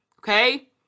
okay